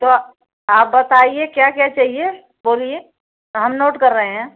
तो आप बताइए क्या क्या चाहिए बोलिए हम नोट कर रहे हैं